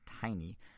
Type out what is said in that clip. tiny